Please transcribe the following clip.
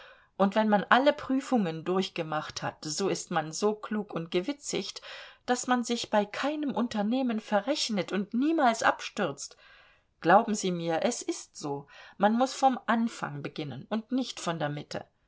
und wenn man alle prüfungen durchgemacht hat so ist man so klug und gewitzigt daß man sich bei keinem unternehmen verrechnet und niemals abstürzt glauben sie mir es ist so man muß vom anfang beginnen und nicht von der mitte